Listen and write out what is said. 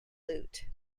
lute